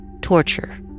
torture